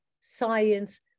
science